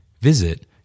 Visit